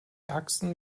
achsen